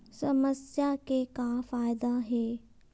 समस्या के का फ़ायदा हे?